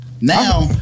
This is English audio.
Now